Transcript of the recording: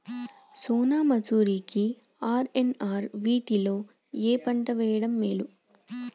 సోనా మాషురి కి ఆర్.ఎన్.ఆర్ వీటిలో ఏ పంట వెయ్యడం మేలు?